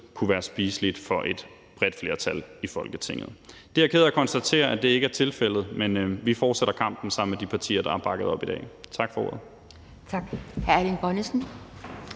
kunne være spiseligt for et bredt flertal i Folketinget. Det er jeg ked af at konstatere ikke er tilfældet, men vi fortsætter kampen sammen med de partier, der har bakket det op i dag. Tak for ordet.